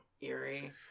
eerie